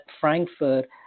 Frankfurt